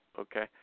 Okay